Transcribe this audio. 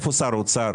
איפה שר האוצר?